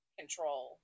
control